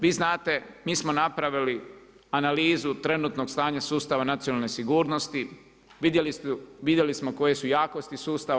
Vi znate mi smo napravili analizu trenutnog stanja sustava nacionalne sigurnosti, vidjeli smo koje su jakosti sustava.